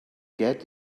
get